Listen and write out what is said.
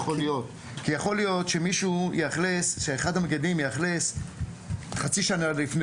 להיות שאחד המגדלים יאכלס חצי שנה לפני